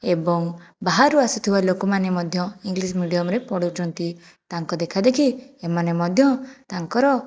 ଏବଂ ବାହାରୁ ଆସୁଥିବା ଲୋକମାନେ ମଧ୍ୟ ଇଂଲିଶ୍ ମିଡ଼ିୟମ୍ରେ ପଢ଼ଉଛନ୍ତି ତାଙ୍କ ଦେଖାଦେଖି ଏମାନେ ମଧ୍ୟ ତାଙ୍କର